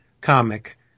comic